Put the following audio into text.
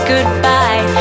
Goodbye